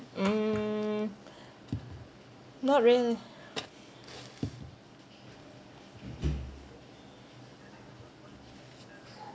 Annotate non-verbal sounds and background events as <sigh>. mm <breath> not really